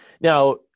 Now